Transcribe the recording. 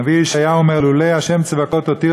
הנביא ישעיהו אומר "לולי ה' צבאות הותיר